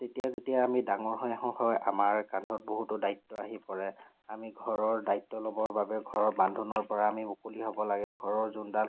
তেতিয়া যেতিয়া আমি ডাঙৰ হৈ আহো হয় আমাৰ কান্ধত বহুতো দায়িত্ব আহি পৰে আমি ঘৰৰ দায়িত্ব ল'বৰ বাবে ঘৰৰ বান্ধোনৰ পৰা আমি মুকলি হ'ব লাগে ঘৰৰ যোনডাল